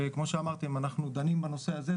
כמו שאמרתם, אנחנו דנים בנושא הזה.